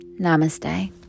Namaste